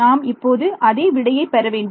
நாம் இப்போது அதே விடையை பெற வேண்டும்